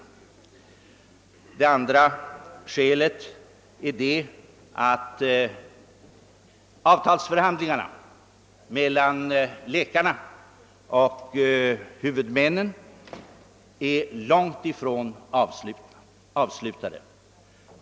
För det andra är avtalsförhandling arna mellan läkarna och huvudmännen långt ifrån avslutade.